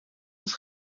het